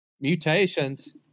mutations